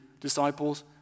disciples